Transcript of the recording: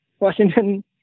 Washington